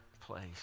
place